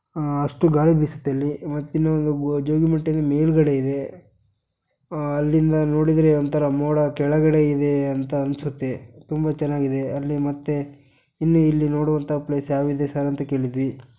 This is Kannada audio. ಅಷ್ಟು ಗಾಳಿ ಬೀಸುತ್ತೆ ಅಲ್ಲಿ ಮತ್ತು ಇನ್ನೊಂದು ಗು ಜೋಗಿಮಟ್ಟಿ ಅಂದ್ರೆ ಮೇಲುಗಡೆಯಿದೆ ಅಲ್ಲಿಂದ ನೋಡಿದರೆ ಒಂಥರ ಮೋಡ ಕೆಳಗಡೆ ಇದೆ ಅಂತ ಅನ್ನಿಸುತ್ತೆ ತುಂಬ ಚೆನ್ನಾಗಿದೆ ಅಲ್ಲಿ ಮತ್ತು ಇನ್ನೂ ಇಲ್ಲಿ ನೋಡುವಂಥ ಪ್ಲೇಸ್ ಯಾವ್ದಿದೆ ಸರ್ ಅಂತ ಕೇಳಿದ್ವಿ